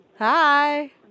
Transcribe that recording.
Hi